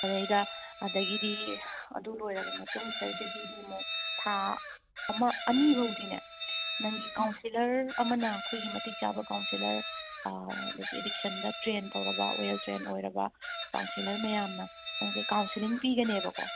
ꯑꯗꯩꯗ ꯑꯗꯒꯤꯗꯤ ꯑꯗꯨ ꯂꯣꯏꯔꯕ ꯃꯇꯨꯡꯁꯤꯗꯩꯗꯒꯤꯗꯤ ꯑꯃꯨꯛ ꯊꯥ ꯑꯃ ꯑꯅꯤ ꯐꯥꯎꯗꯤꯅꯦ ꯅꯪꯒꯤ ꯀꯥꯎꯟꯁꯦꯂꯔ ꯑꯃꯅ ꯑꯩꯈꯣꯏꯒꯤ ꯃꯇꯤꯛ ꯆꯥꯕ ꯀꯥꯎꯟꯁꯦꯜꯂꯔ ꯑꯗꯒꯤ ꯑꯦꯗꯤꯛꯁꯟꯗ ꯇ꯭ꯔꯦꯟ ꯇꯧꯔꯕ ꯋꯦꯜ ꯇ꯭ꯔꯦꯟ ꯑꯣꯏꯔꯕ ꯀꯥꯎꯟꯁꯦꯜꯂꯔ ꯃꯌꯥꯝꯅ ꯅꯪꯁꯦ ꯀꯥꯎꯟꯁꯦꯜꯂꯤꯡ ꯄꯤꯒꯅꯦꯕꯀꯣ